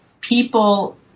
people